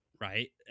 right